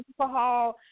alcohol